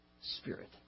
Spirit